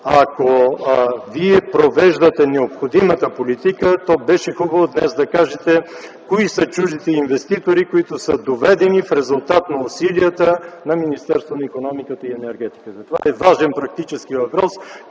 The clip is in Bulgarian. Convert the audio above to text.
ако вие провеждате необходимата политика, беше хубаво днес да кажете кои са чуждите инвеститори, които са доведени в резултат на усилията на Министерството на икономиката, енергетиката и туризма? Това е важен практически въпрос